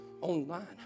online